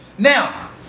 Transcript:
Now